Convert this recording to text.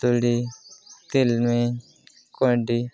ᱛᱩᱲᱤ ᱛᱤᱞᱢᱤᱧ ᱠᱩᱸᱭᱰᱤ